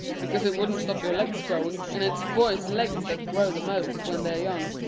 because it wouldn't stop your legs growing, and it's boys' legs that grow the most when they're young.